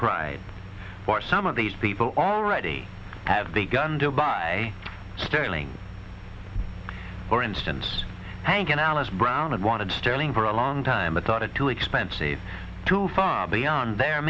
pride for some of these people already have begun to buy sterling for instance hang in alice brown and wanted sterling for a long time but thought it too expensive too far beyond their